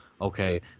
Okay